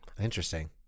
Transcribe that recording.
Interesting